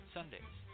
Sundays